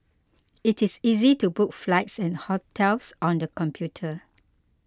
it is easy to book flights and hotels on the computer